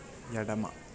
ఎడమ